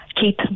Keith